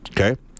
Okay